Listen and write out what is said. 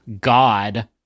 God